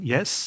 Yes